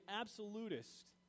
absolutist